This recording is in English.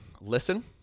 listen